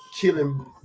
killing